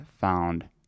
found